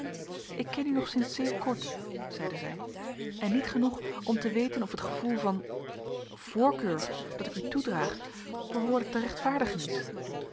ik ken u nog sinds zeer kort zeide zij en niet genoeg om te weten of het gevoel van voorkeur dat ik u toedraag behoorlijk te rechtvaardigen is